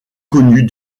connus